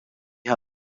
ha